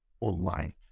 online